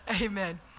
Amen